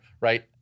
right